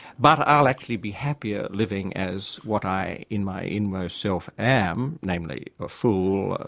but i'll actually be happier living as what i, in my inmost self, am, namely a fool,